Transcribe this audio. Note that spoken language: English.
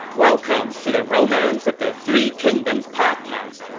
welcome to the romance of the three kingdoms podcast.